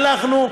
הלכנו.